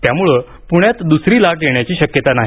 त्यामुळे पुण्यात दुसरी लाट येण्याची शक्यता नाही